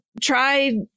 try